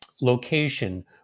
location